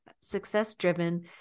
success-driven